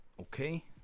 Okay